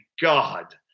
God